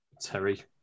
Terry